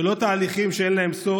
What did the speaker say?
ולא תהליכים שאין להם סוף.